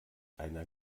einer